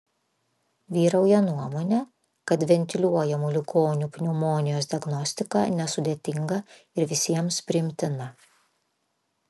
vyrauja nuomonė kad ventiliuojamų ligonių pneumonijos diagnostika nesudėtinga ir visiems priimtina